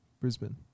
Brisbane